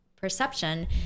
perception